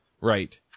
Right